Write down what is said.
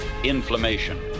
Inflammation